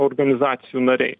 organizacijų nariai